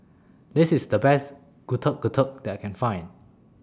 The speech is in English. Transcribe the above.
This IS The Best Getuk Getuk that I Can Find